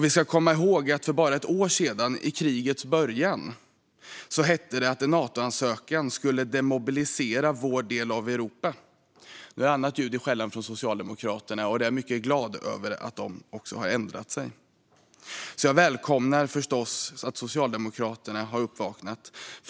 Vi ska komma ihåg att för bara ett år sedan, i krigets början, hette det att en Natoansökan skulle demobilisera vår del av Europa. Nu är det annat ljud i skällan från Socialdemokraterna, och jag är mycket glad över att de också har ändrat sig. Jag välkomnar förstås att Socialdemokraterna har vaknat.